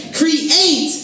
create